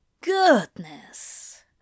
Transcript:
Goodness